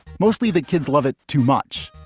mostly the kids love it too much.